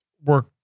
work